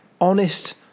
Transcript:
honest